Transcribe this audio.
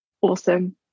awesome